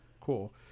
cool